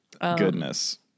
goodness